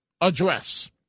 address